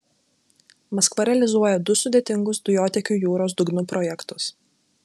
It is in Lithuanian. maskva realizuoja du sudėtingus dujotiekių jūros dugnu projektus